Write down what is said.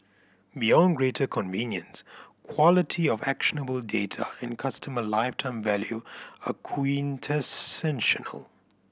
beyond greater convenience quality of actionable data and customer lifetime value are quintessential